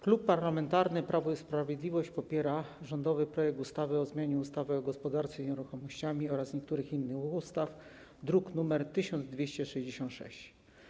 Klub Parlamentarny Prawo i Sprawiedliwość popiera rządowy projekt ustawy o zmianie ustawy o gospodarce nieruchomościami oraz niektórych innych ustaw, druk nr 1266.